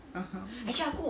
(uh huh)